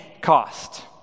cost